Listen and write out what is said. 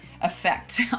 effect